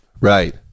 Right